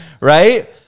Right